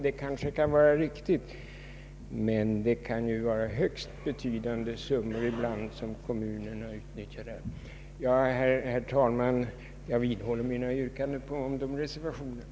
Det kan kanske vara riktigt, men det kan ibland vara högst betydande summor som kommunerna utnyttjar. Herr talman! Jag vidhåller mina yrkanden om reservationerna.